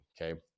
Okay